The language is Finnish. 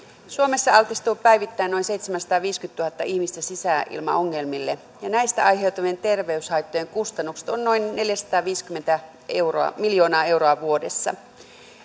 suomessa altistuu päivittäin noin seitsemänsataaviisikymmentätuhatta ihmistä sisäilmaongelmille ja näistä aiheutuvien terveyshaittojen kustannukset ovat noin neljäsataaviisikymmentä miljoonaa euroa vuodessa